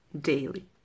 daily